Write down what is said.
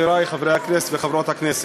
חברי חברי הכנסת וחברות הכנסת,